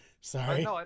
sorry